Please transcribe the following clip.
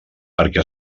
perquè